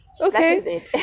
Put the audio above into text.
okay